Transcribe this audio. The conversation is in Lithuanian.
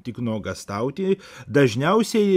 tik nuogąstauti dažniausiai